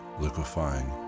liquefying